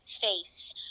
face